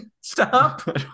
stop